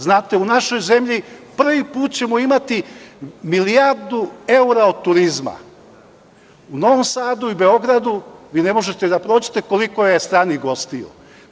Znate, u našoj zemlji prvi put ćemo imati milijardu evra od turizma, u Novom Sadu i Beogradu, vi ne možete da prođete koliko je stranih gostiju.